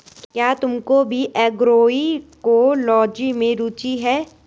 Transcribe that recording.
क्या तुमको भी एग्रोइकोलॉजी में रुचि है?